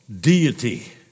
deity